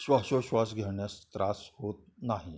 श्वासोच्छ्वास घेण्यास त्रास होत नाही